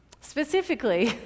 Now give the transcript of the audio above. Specifically